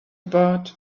about